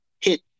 hit